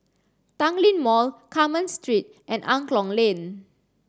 Tanglin Mall Carmen Street and Angklong Lane